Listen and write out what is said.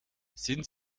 sind